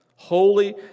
Holy